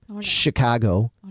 Chicago